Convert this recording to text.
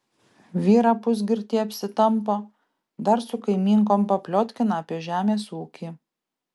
vyrą pusgirtį apsitampo dar su kaimynkom papliotkina apie žemės ūkį